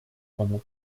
pendant